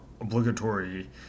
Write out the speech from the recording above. obligatory